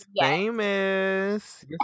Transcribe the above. famous